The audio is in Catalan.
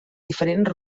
diferents